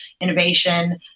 innovation